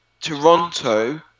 Toronto